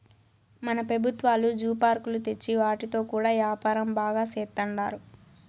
మన పెబుత్వాలు జూ పార్కులు తెచ్చి వాటితో కూడా యాపారం బాగా సేత్తండారు